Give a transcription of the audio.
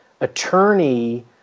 attorney